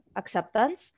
acceptance